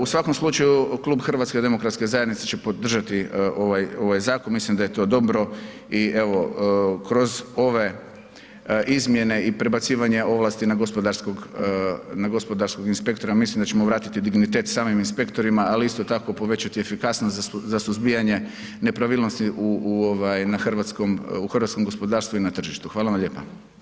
U svakom slučaju klub HDZ-a će podržati ovaj zakon, mislim da je to dobro i evo, kroz ove izmjene i prebacivanje ovlasti na gospodarskog inspektora, mislim da ćemo vratiti dignitet samim inspektorima ali isto tako povećati efikasnost za suzbijanje nepravilnosti u hrvatskom gospodarstvu i na tržištu, hvala vam lijepa.